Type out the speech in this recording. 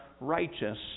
righteous